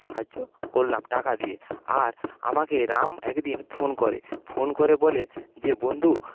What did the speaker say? সাহায্য করলাম টাকা দিয়ে আর আমাকে রাম একদিন ফোন করে ফোন করে বলে যে বন্ধু